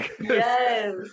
Yes